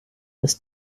ist